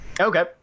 Okay